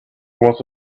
was